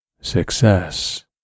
success